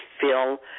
fill